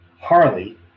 Harley